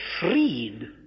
freed